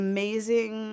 Amazing